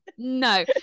No